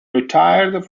retired